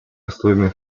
условиями